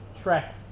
track